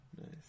Nice